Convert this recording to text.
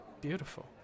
beautiful